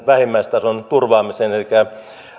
vähimmäistason turvaamiseen elikkä